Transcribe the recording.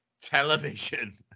television